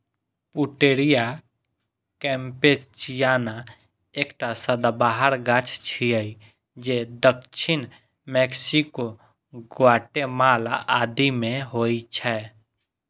Pouteria campechiana एकटा सदाबहार गाछ छियै जे दक्षिण मैक्सिको, ग्वाटेमाला आदि मे होइ छै